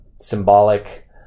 symbolic